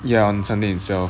ya on sunday itself